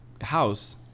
house